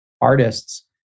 artists